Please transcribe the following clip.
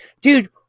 dude